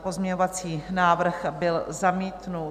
Pozměňovací návrh byl zamítnut.